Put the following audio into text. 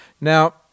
Now